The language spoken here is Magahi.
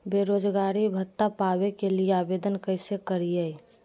बेरोजगारी भत्ता पावे के लिए आवेदन कैसे करियय?